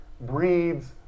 breeds